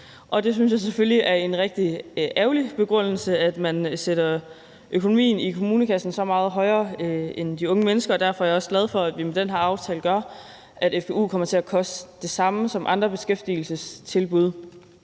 Det synes jeg selvfølgelig er en rigtig ærgerlig begrundelse, altså at man sætter økonomien i kommunekassen så meget højere end de unge mennesker. Derfor er jeg også glad for, at vi med den her aftale gør sådan, at fgu kommer til at koste det samme som andre beskæftigelsestilbud